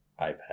ipad